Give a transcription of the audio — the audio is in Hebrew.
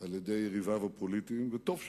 על-ידי יריביו הפוליטיים, וטוב שכך,